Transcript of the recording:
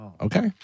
okay